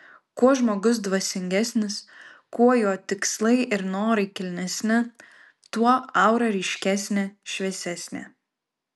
kuo žmogus dvasingesnis kuo jo tikslai ir norai kilnesni tuo aura ryškesnė šviesesnė